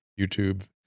YouTube